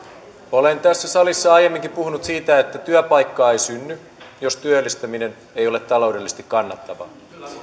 olen tässä salissa aiemminkin puhunut siitä että työpaikkaa ei synny jos työllistäminen ei ole taloudellisesti kannattavaa